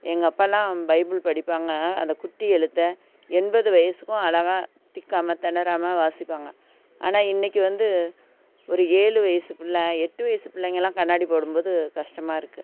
எங்கள் அப்பாயெலாம் பைபிள் படிப்பாங்க அந்த குட்டி எழுத்த எண்பது வயதுக்கும் அழகா திக்காமல் திணறாம வாசிப்பாங்க ஆனால் இன்றைக்கு வந்து ஒரு ஏழு வயது பிள்ள எட்டு வயது பிள்ளைங்கெல்லாம் கண்ணாடி போடும் போது கஷ்டமாக இருக்குது